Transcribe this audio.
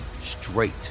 straight